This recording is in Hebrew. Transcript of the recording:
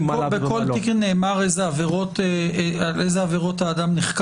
מה עלה בגורלו --- בכל תיק נאמר על איזה עבירות אדם נחקר?